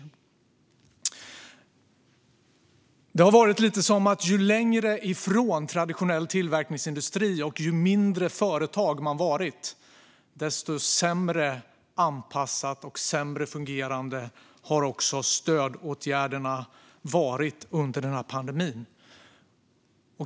Lite grann har det varit som om ju längre ifrån traditionell tillverkningsindustri och ju mindre företag man varit, desto sämre anpassade och sämre fungerande har också stödåtgärderna varit under pandemin.